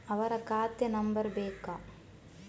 ಅವರ ಖಾತೆ ನಂಬರ್ ಬೇಕಾ?